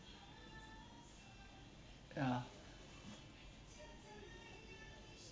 ya